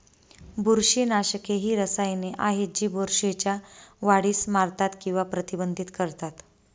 बुरशीनाशके ही रसायने आहेत जी बुरशीच्या वाढीस मारतात किंवा प्रतिबंधित करतात